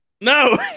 No